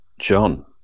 john